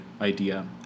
idea